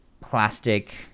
plastic